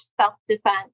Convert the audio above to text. self-defense